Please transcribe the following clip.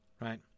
Right